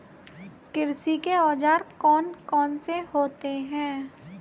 कृषि के औजार कौन कौन से होते हैं?